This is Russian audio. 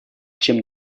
чем